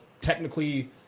technically